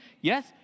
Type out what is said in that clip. yes